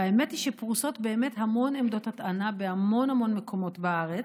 האמת היא שפרוסות באמת המון עמדות הטענה בהמון המון מקומות בארץ.